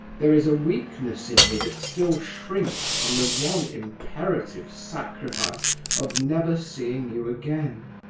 there is a weakness in me that still shrinks from the one imperative sacrifice of never seeing you again.